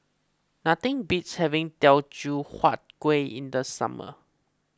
nothing beats having Teochew Huat Kueh in the summer